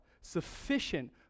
Sufficient